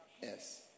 Yes